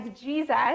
Jesus